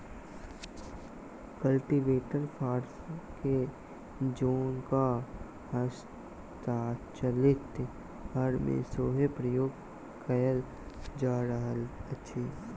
cultivator फार के जेंका हस्तचालित हर मे सेहो प्रयोग कयल जा रहल अछि